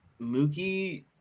Mookie